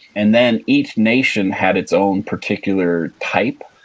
and then, each nation had its own particular type.